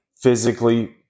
physically